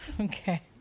Okay